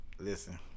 Listen